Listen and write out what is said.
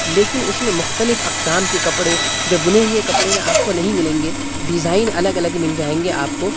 لیکن اس میں مخلتف اقسام کے کپڑے جو بنے ہوئے کپڑے میں آپ کو نہیں ملیں گے ڈیزائن الگ الگ مل جائیں گے آپ کو